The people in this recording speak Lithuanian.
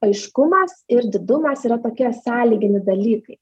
aiškumas ir didumas yra tokie sąlyginiai dalykai